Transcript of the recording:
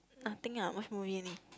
nothing ah what's more yummy